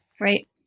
Right